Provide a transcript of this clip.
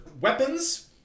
weapons